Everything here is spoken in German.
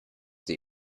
sie